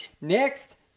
Next